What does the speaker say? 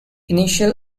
initial